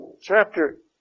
chapter